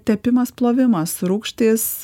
tepimas plovimas rūgštys